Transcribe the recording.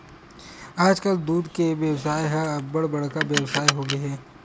आजकाल दूद के बेवसाय ह अब्बड़ बड़का बेवसाय होगे हे